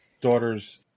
daughter's